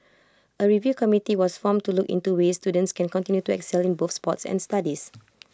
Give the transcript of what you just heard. A review committee was formed to look into ways students can continue to excel in both sports and studies